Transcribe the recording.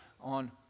on